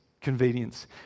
convenience